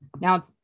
Now